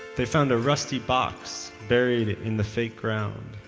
they found a rusty box buried in the fake ground.